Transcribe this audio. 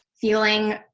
feeling